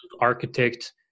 architect